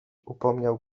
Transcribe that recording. upomniał